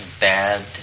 bad